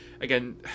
Again